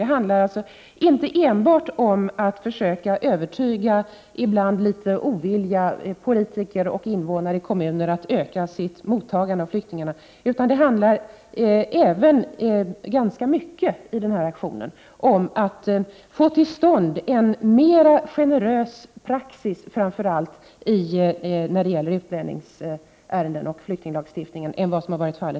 Det handlar inte enbart om att försöka övertyga ibland litet ovilliga politiker och invånare i kommuner att öka sitt mottagande av flyktingar. I denna aktion handlar det mycket om att få till stånd framför allt en mera generös praxis när det gäller utlännings ärenden och när det gäller flyktinglagstiftningen än vad som har varit fallet.